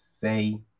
say